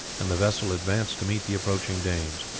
and the vessel advanced to meet the approaching danes.